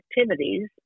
activities